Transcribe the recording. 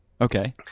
Okay